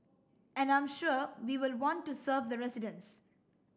and I'm sure we will want to serve the residents